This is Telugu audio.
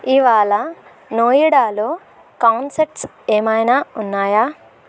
ఇవాళ నోయిడాలో కాన్సెట్స్ ఏమైనా ఉన్నాయా